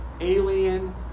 alien